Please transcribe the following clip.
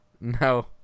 No